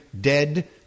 dead